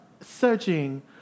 searching